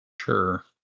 sure